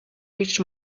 reached